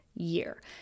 Year